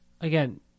Again